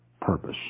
purpose